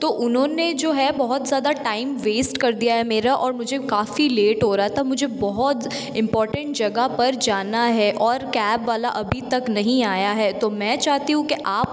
तो उन्होंने जो है बहुत ज़्यादा टाइम वेस्ट कर दिया है मेरा और मुझे काफ़ी लेट हो रहा था मुझे बहुत इम्पोर्टेन्ट जगह पर जाना है और कैब वाला अभी तक नहीं आया है तो मैं चाहती हूँ कि आप